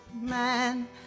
man